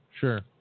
Sure